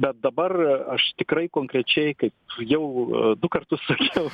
bet dabar aš tikrai konkrečiai kaip jau du kartus sakiau